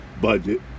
budget